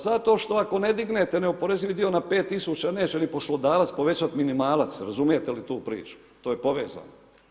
Zato što ako ne dignete neoporezivi dio na 5000 neće ni poslodavac povećati minimalac, razumijete li tu priču, to je povezano.